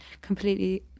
completely